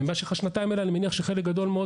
אני מניח שבמשך השנתיים האלה חלק גדול מאוד